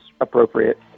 appropriate